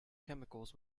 chemicals